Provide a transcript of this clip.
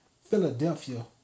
Philadelphia